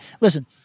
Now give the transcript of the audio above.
Listen